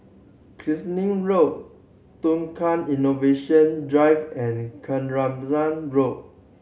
Road Tukang Innovation Drive and Road